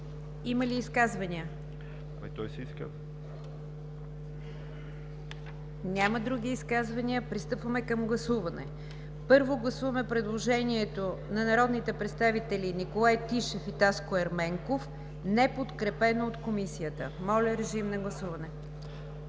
Има ли изказвания? Няма други изказвания. Пристъпваме към гласуване. Първо, гласуваме предложението на народните представители Николай Тишев и Таско Ерменков, неподкрепено от Комисията. Гласували